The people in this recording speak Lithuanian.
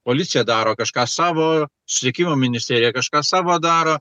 policija daro kažką savo susisiekimo ministerija kažką savo daro